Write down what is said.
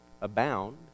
abound